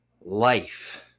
life